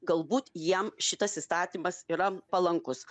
galbūt jiem šitas įstatymas yra palankus